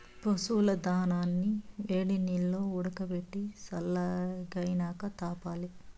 పశువుల దానాని వేడినీల్లో ఉడకబెట్టి సల్లగైనాక తాపాలి